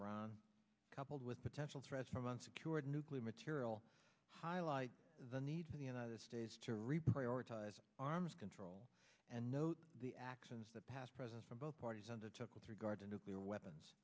iran coupled with potential threats from unsecured nuclear material highlight the need for the united states to reply or ties arms control and note the actions that past presidents from both parties undertook with regard to nuclear weapons